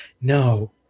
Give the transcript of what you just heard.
No